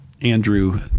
andrew